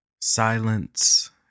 Silence